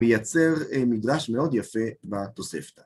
מייצר מדרש מאוד יפה בתוספתא.